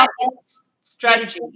strategy